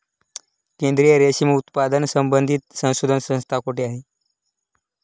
केंद्रीय रेशीम उत्पादन संबंधित संशोधन संस्था कोठे आहे?